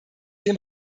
dem